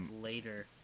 later